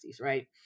right